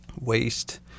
waste